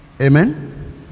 Amen